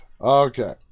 okay